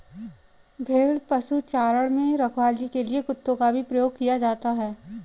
भेड़ पशुचारण में रखवाली के लिए कुत्तों का प्रयोग भी किया जाता है